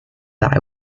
that